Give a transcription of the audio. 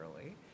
early